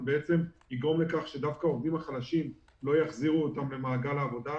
זה יגרום לכך שדווקא את העובדים החלשים לא יחזירו למעגל העבודה,